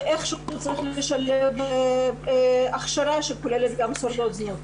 איכשהו צריך לשלב הכשרה שכוללת גם שורדות זנות.